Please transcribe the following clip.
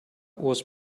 was